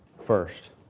first